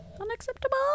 unacceptable